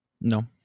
no